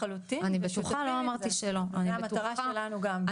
ואנחנו לחלוטין מסכימים וזו המטרה שלנו גם.